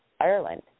Ireland